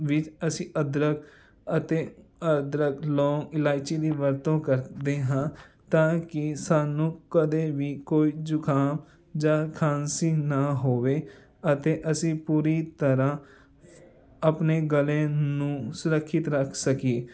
ਵਿੱਚ ਅਸੀਂ ਅਦਰਕ ਅਤੇ ਅਦਰਕ ਲੋਂਗ ਇਲਾਇਚੀ ਦੀ ਵਰਤੋਂ ਕਰਦੇ ਹਾਂ ਤਾਂ ਕਿ ਸਾਨੂੰ ਕਦੇ ਵੀ ਕੋਈ ਜੁਖਾਮ ਜਾਂ ਖਾਂਸੀ ਨਾ ਹੋਵੇ ਅਤੇ ਅਸੀਂ ਪੂਰੀ ਤਰ੍ਹਾਂ ਆਪਣੇ ਗਲੇ ਨੂੰ ਸੁਰਖਿਅਤ ਰੱਖ ਸਕੀਏ